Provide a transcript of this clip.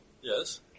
Yes